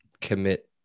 commit